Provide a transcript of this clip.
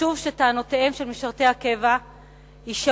חשוב שטענותיהם של משרתי הקבע יישמעו